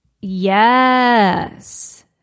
Yes